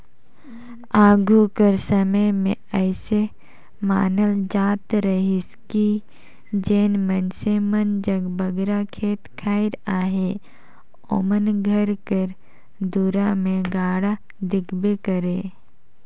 आघु कर समे मे अइसे मानल जात रहिस कि जेन किसान मन जग बगरा खेत खाएर अहे ओमन घर कर दुरा मे गाड़ा दिखबे करे